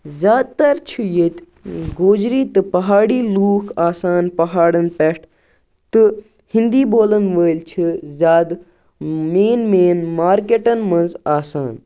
زیادٕ تَر چھِ ییٚتہِ گوجری تہٕ پہاری لُکھ آسان پہاڑَن پٮ۪ٹھ تہٕ ہِندی بولَن وٲلۍ چھِ زیادٕ مین مین مارکٮ۪ٹَن مَنٛز آسان